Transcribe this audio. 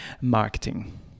marketing